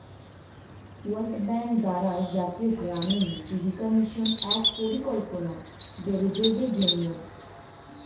world bank দ্বারা জাতীয় গ্রামীণ জীবিকা মিশন এক পরিকল্পনা দরিদ্রদের জন্যে